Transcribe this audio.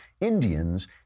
Indians